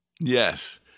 Yes